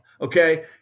Okay